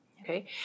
Okay